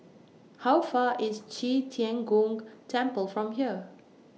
How Far IS Qi Tian Gong Temple from here